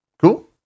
Cool